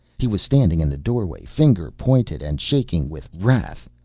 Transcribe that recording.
he was standing in the doorway, finger pointed and shaking with wrath.